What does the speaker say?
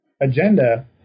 agenda